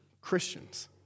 Christians